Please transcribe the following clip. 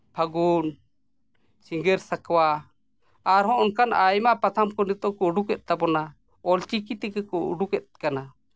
ᱯᱷᱟᱹᱜᱩᱱ ᱥᱤᱸᱜᱟᱹᱲ ᱥᱟᱠᱚᱣᱟ ᱟᱨᱦᱚᱸ ᱚᱱᱠᱟᱱ ᱟᱭᱢᱟ ᱯᱟᱛᱷᱟᱢ ᱠᱚ ᱱᱤᱛᱚᱜ ᱠᱚ ᱩᱰᱩᱠᱮᱫ ᱛᱟᱵᱚᱱᱟ ᱚᱞᱪᱤᱠᱤ ᱛᱮᱜᱮ ᱠᱚ ᱩᱰᱩᱜᱮᱫ ᱠᱟᱱᱟ